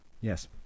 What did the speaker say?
yes